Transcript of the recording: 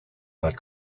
not